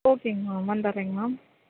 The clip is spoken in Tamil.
ஓகேங்க மேம் வந்தர்றேங்க மேம்